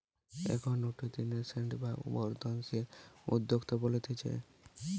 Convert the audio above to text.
এখন উঠতি ন্যাসেন্ট বা বর্ধনশীল উদ্যোক্তা বলতিছে